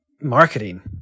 marketing